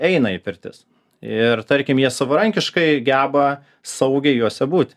eina į pirtis ir tarkim jie savarankiškai geba saugiai jose būti